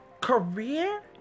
career